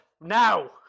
Now